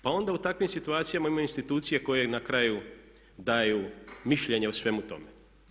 Pa onda u takvim situacijama imaju institucije koje na kraju daju mišljenje o svemu tome.